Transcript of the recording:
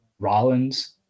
Rollins